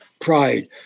pride